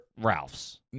Ralph's